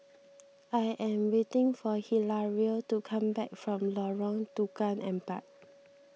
I am waiting for Hilario to come back from Lorong Tukang Empat